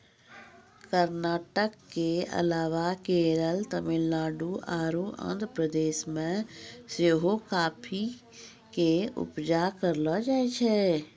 कर्नाटक के अलावा केरल, तमिलनाडु आरु आंध्र प्रदेश मे सेहो काफी के उपजा करलो जाय छै